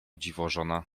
dziwożona